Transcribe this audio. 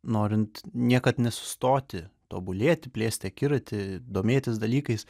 norint niekad nesustoti tobulėti plėsti akiratį domėtis dalykais